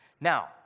Now